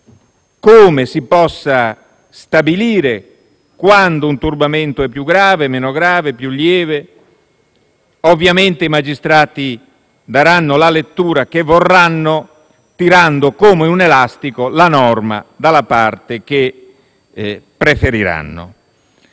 come si possa stabilire quando un turbamento è più grave, meno grave, più lieve. Ovviamente, i magistrati daranno la lettura che vorranno, tirando la norma come un elastico dalla parte che preferiranno.